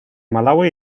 malaui